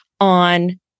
on